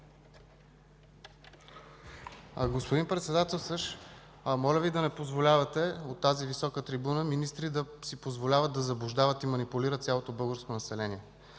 Господин Председателстващ, моля Ви да не позволявате от тази висока трибуна министри да си позволяват да заблуждават и манипулират цялото българско население.